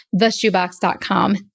theshoebox.com